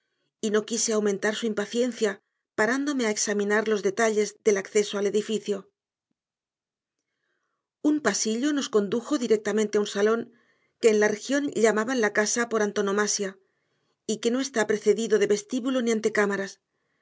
y no quise aumentar su impaciencia parándome a examinar los detalles del acceso al edificio un pasillo nos condujo directamente a un salón que en la región llaman la casa por antonomasia y que no está precedido de vestíbulo ni